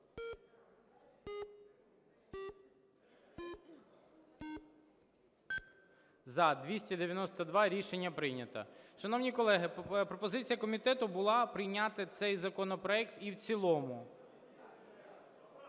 За-292 Рішення прийнято. Шановні колеги, пропозиція комітету була прийняти цей законопроект і в цілому.